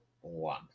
one